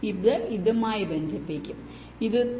ഇത് ഇതുമായി ബന്ധിപ്പിക്കും ഇതും ഇതുമായി ബന്ധിപ്പിക്കും